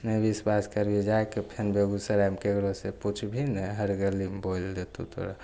नहि बिश्वास करबही जाके फेर बेगूसरायमे ककरो से पुछबही ने हर गलीमे बोलि देतौ तोरा